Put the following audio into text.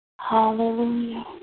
Hallelujah